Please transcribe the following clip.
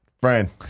Brian